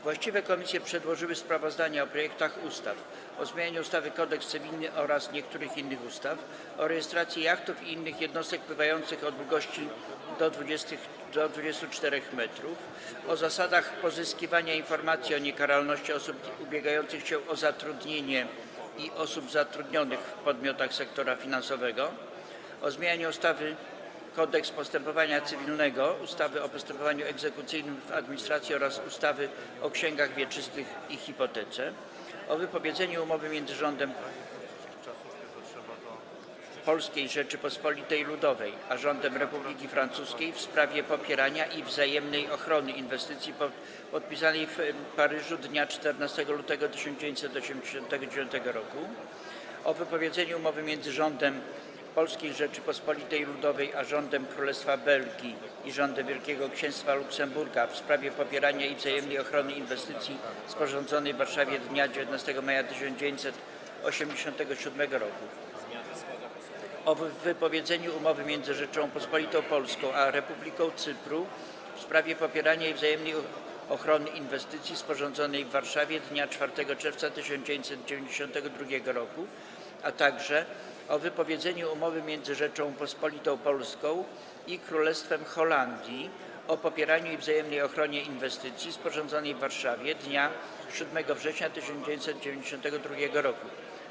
Właściwe komisje przedłożyły sprawozdania o projektach ustaw: - o zmianie ustawy Kodeks cywilny oraz niektórych innych ustaw, - o rejestracji jachtów i innych jednostek pływających o długości do 24 m, - o zasadach pozyskiwania informacji o niekaralności osób ubiegających się o zatrudnienie i osób zatrudnionych w podmiotach sektora finansowego, - o zmianie ustawy Kodeks postępowania cywilnego, ustawy o postępowaniu egzekucyjnym w administracji oraz ustawy o księgach wieczystych i hipotece, - o wypowiedzeniu Umowy między Rządem Polskiej Rzeczypospolitej Ludowej a Rządem Republiki Francuskiej w sprawie popierania i wzajemnej ochrony inwestycji, podpisanej w Paryżu dnia 14 lutego 1989 r., - o wypowiedzeniu Umowy między Rządem Polskiej Rzeczypospolitej Ludowej a Rządem Królestwa Belgii i Rządem Wielkiego Księstwa Luksemburga w sprawie popierania i wzajemnej ochrony inwestycji, sporządzonej w Warszawie dnia 19 maja 1987 r., - o wypowiedzeniu Umowy między Rzecząpospolitą Polską a Republiką Cypru w sprawie popierania i wzajemnej ochrony inwestycji, sporządzonej w Warszawie dnia 4 czerwca 1992 r., - o wypowiedzeniu Umowy między Rzecząpospolitą Polską i Królestwem Holandii o popieraniu i wzajemnej ochronie inwestycji, sporządzonej w Warszawie dnia 7 września 1992 r.